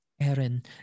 Aaron